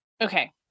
okay